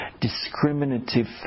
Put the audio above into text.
discriminative